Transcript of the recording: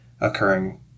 occurring